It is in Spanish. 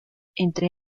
entre